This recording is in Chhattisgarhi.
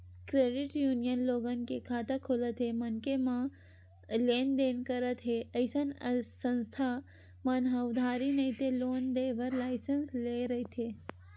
क्रेडिट यूनियन लोगन के खाता खोलत हे मनखे मन ह लेन देन करत हे अइसन संस्था मन ह उधारी नइते लोन देय बर लाइसेंस लेय रहिथे